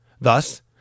Thus